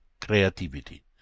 creativity